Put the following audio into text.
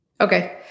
Okay